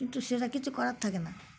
কিন্তু সেটা কিছু করার থাকে না